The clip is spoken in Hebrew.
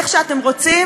איך שאתם רוצים,